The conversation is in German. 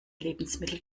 lebensmittel